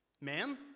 men